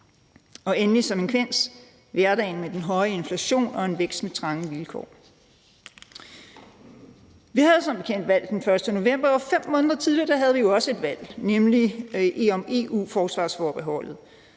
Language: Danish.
Og endelig som en konsekvens er der hverdagen med den høje inflation og en vækst med trange vilkår. Vi havde som bekendt valg den 1. november, og 5 måneder tidligere havde vi jo også et valg, nemlig om EU-forsvarsforbeholdet.